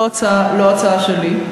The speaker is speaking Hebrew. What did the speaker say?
לא הצעה שלי,